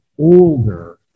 older